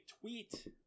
tweet